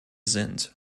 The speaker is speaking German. sind